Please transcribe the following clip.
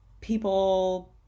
people